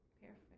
Perfect